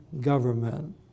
government